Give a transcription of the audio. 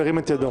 ירים את ידו.